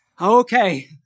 okay